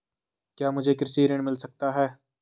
क्या मुझे कृषि ऋण मिल सकता है?